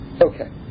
Okay